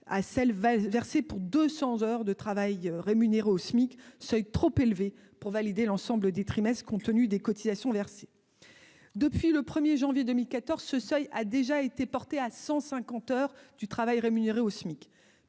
à celle versée pour 200 heures de travail rémunéré au SMIC, seuil trop élevé pour valider l'ensemble des trimestres compte tenu des cotisations versées depuis le 1er janvier 2014, ce seuil a déjà été porté à cent cinquante heures du travail rémunéré au SMIC,